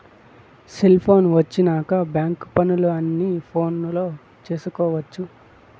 cellphone వచ్చినాక bank పనులు అన్ని ఫోనులో చేసుకొవచ్చు